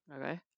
okay